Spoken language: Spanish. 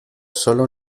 solo